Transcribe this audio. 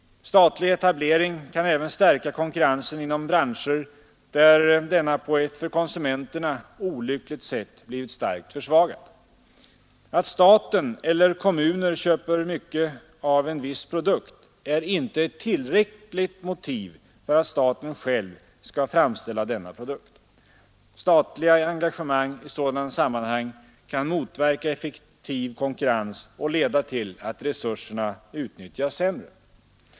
Statlig etablering kan även stärka konkurrensen inom branscher där denna på ett för konsumenterna olyckligt sätt blivit starkt försvagad. Att staten eller kommuner köper mycket av en viss produkt är inte ett tillräckligt motiv för att staten själv skall framställa denna produkt. Statliga engagemang i sådana sammanhang kan motverka effektiv konkurrens och leda till att resurserna utnyttjas sämre.